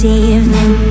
evening